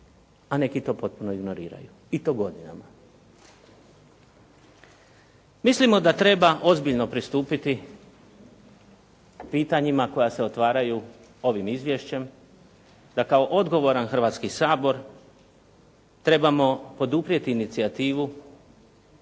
a neki to potpuno ignoriraju i to godinama. Mislimo da treba ozbiljno pristupiti pitanjima koja se otvaraju ovim izvješćem, da kao odgovoran Hrvatski sabor trebamo poduprijeti inicijativu